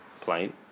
plane